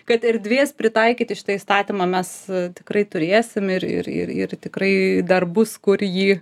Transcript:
kad erdvės pritaikyti šitą įstatymą mes tikrai turėsim ir ir ir ir tikrai dar bus kur jį